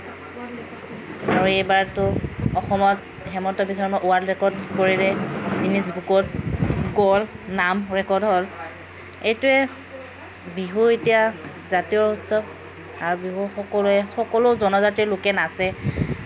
আৰু এইবাৰতো অসমত হিমন্ত বিশ্ব শৰ্মাই ৱৰ্ল্ড ৰেকৰ্ড কৰিলে গিনিছ বুকত গ'ল নাম ৰেকৰ্ড হ'ল এইটোৱেই বিহু এতিয়া জাতীয় উৎসৱ আৰু বিহু সকলোৱে সকলো জনজাতিৰ লোকে নাচে